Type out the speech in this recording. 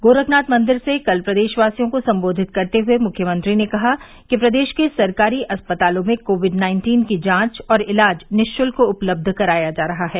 गोरखनाथ मंदिर से कल प्रदेशवासियों को संबोधित करते हए मुख्यमंत्री ने कहा कि प्रदेश के सरकारी अस्पतालों में कोविड नाइन्टीन की जांच और इलाज निःशुल्क उपलब्ध कराया जा रहा है